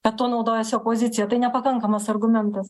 kad tuo naudojasi opozicija tai nepakankamas argumentas